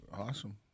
Awesome